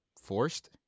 forced